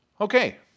Okay